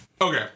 Okay